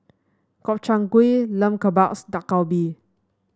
Gobchang Gui Lamb Kebabs Dak Galbi